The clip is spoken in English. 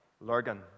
Lurgan